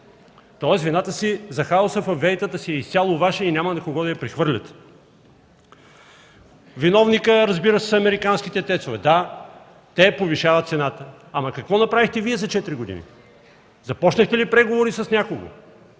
тоест вината за хаоса във ВЕИ си е изцяло Ваша и няма на кого да я прехвърляте. Виновникът, разбира се, са американските тецове. Да, те повишават цената, ама какво направихте Вие за четири години? Започнахте ли преговори с някого